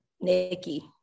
Nikki